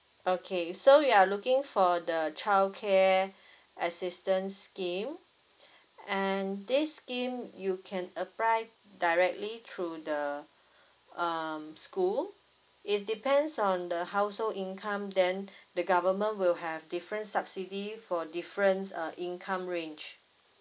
okay so you are looking for the childcare assistance scheme and this scheme you can apply directly through the um school it depends on the household income then the government will have different subsidy for different uh income range